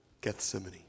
Gethsemane